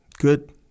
Good